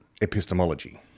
epistemology